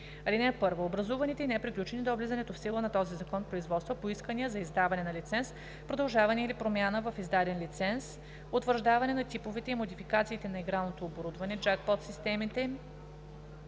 „§ 86. (1) Образуваните и неприключени до влизането в сила на този закон производства по искания за издаване на лиценз, продължаване или промяна в издаден лиценз, утвърждаване на типовете и модификациите на игралното оборудване, джакпот системите,